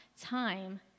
time